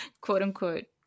quote-unquote